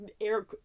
air